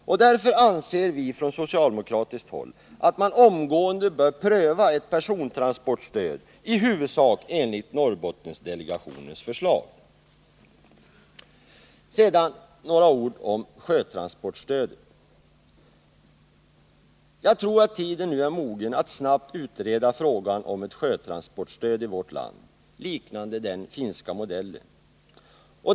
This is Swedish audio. Därför anser vi från socialdemokratiskt håll att man omgående bör pröva ett persontransportstöd i huvudsak enligt Norrbottendelegationens förslag. Så några ord om ett sjötransportstöd. Jag tror att tiden nu är mogen för att snabbt utreda frågan om ett sjötransportstöd i vårt land liknande den finska modellen.